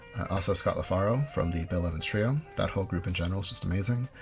also, scott lafaro from the bill evans trio. that ah group in general is just amazing.